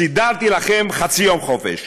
סידרתי לכם חצי יום חופשה.